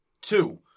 Two